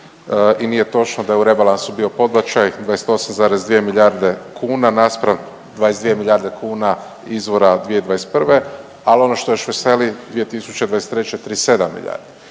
i nije točno da je u rebalansu bio podbačaj 28,2 milijarde kuna naspram 22 milijarde kuna izvora 2021., al ono što još veseli 2023. 37 milijardi.